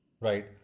Right